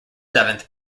seventh